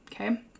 okay